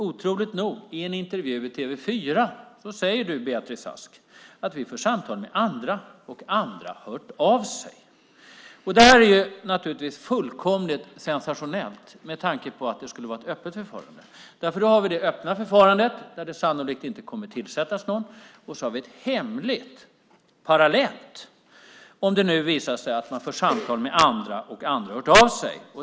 Otroligt nog sade du, Beatrice Ask, i en intervju i TV 4: Vi för samtal med andra, och andra har hört av sig. Det här är naturligtvis fullkomligt sensationellt med tanke på att det skulle vara ett öppet förfarande därför att då har vi ett öppet förfarande där det sannolikt inte kommer att tillsättas någon. Dessutom har vi ett hemligt förfarande - parallellt - om det nu visar sig att man för samtal med andra och att andra har hört av sig.